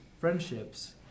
Friendships